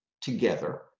together